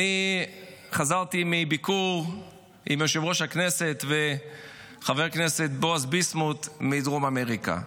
חזרתי מביקור עם יושב-ראש הכנסת וחבר הכנסת בועז ביסמוט בדרום אמריקה.